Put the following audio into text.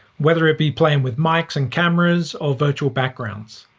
whether it be playing with mikes and cameras or virtual backgrounds.